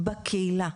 בקהילה.